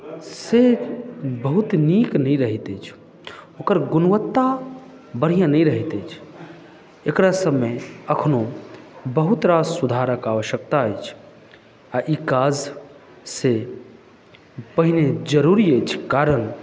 से बहुत नीक नहि रहैत अछि ओकर गुणवत्ता बढ़ियाॅं नहि रहैत अछि एकरा सबमे अखनो बहुत रास सुधारक आवश्यकता अछि आ ई काज से पहिने जरुरी अछि कारण